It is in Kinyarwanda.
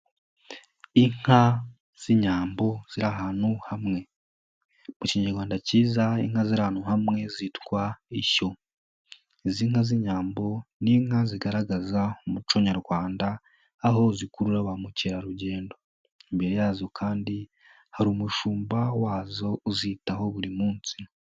Inka z'Inyambo ziri ahantu hamwe mu Kinyarwanda kiza inka ziri ahantu hamwe zitwa ishyo. Izi nka z'Inyambo ni inka zigaragaza umuco nyarwanda aho zikurura ba mukerarugendo, imbere yazo kandi hari umushumba wazo uzitaho buri munsi.